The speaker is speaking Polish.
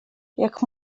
jak